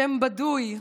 שם בדוי: